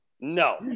No